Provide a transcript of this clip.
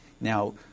now